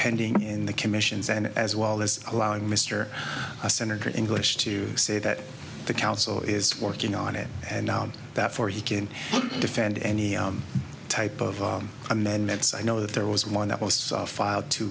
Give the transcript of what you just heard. pending in the commissions and as well as allowing mr senator english to say that the council is working on it and now that for he can defend any type of amendments i know that there was one that was filed two